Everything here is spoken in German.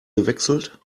gewechselt